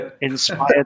inspired